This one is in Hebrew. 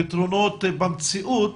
פתרונות במציאות,